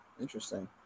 Interesting